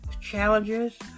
challenges